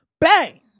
Bang